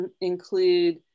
include